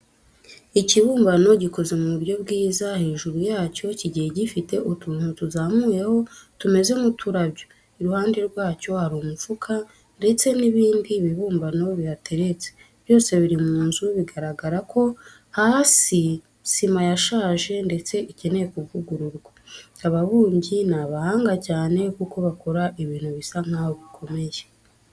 Ikibumbano gikoze mu buryo bwiza, hejuru yacyo kigiye gifite utuntu tuzamuyeho tumeze nk'uturabyo. Iruhande rwacyo hari umufuka ndetse n'ibindi bibumbano bihateretse. Byose biri mu nzu bigaragara ko hasi sima yashaje ndetse ikeneye kuvugururwa. Ababumbyi ni abahanga cyane kuko bakora ibintu bisa nkaho bikomeye.